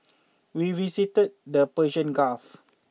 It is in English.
we visited the Persian Gulf